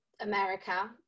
America